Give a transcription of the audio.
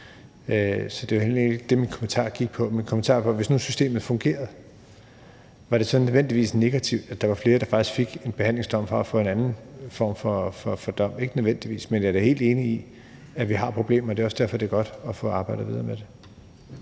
Så det var heller ikke det, min kommentar gik på. Min kommentar var: Hvis nu systemet fungerede, var det så nødvendigvis negativt, at der var flere, der faktisk fik en behandlingsdom frem for en anden form for dom? Ikke nødvendigvis, men jeg er da helt enig i, at vi har problemer, og det er også derfor, det er godt at få arbejdet videre med det.